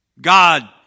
God